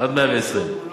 עד מאה-ועשרים.